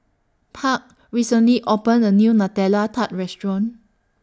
Park recently opened A New Nutella Tart Restaurant